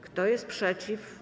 Kto jest przeciw?